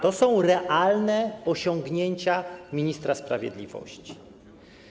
To są realne osiągnięcia ministra sprawiedliwości.